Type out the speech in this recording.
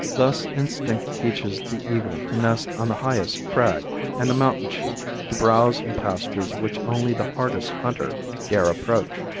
thus instinct teaches the eagle to nest on the highest crag and the mountain sheep to browse in pastures which only the hardiest hunter dare approach.